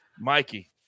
Mikey